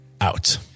out